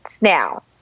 Now